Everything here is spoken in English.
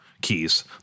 keys